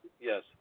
yes